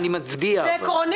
אני מצביע על הפנייה.